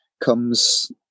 comes